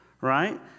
right